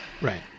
Right